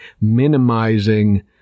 minimizing